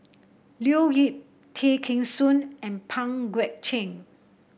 Leo Yip Tay Kheng Soon and Pang Guek Cheng